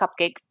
cupcakes